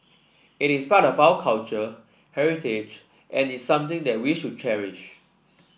it is part of our culture heritage and is something that we should cherish